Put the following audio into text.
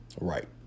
right